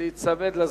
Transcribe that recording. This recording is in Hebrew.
להיצמד לזמן.